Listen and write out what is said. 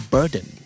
Burden